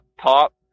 top